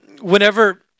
whenever